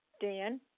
Dan